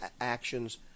actions